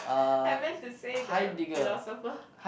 I mess to say the philosopher